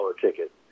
ticket